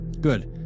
Good